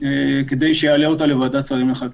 כדי שיעלה אותה לוועדת שרים לחקיקה.